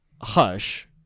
Hush